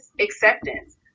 acceptance